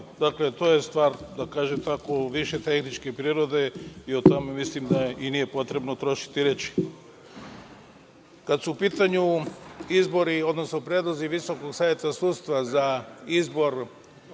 Dakle, to je stvar više tehničke prirode i o tome mislim da i nije potrebno trošiti reči. Kada su u pitanju izbori, odnosno predlozi Visokog saveta sudstva za izbor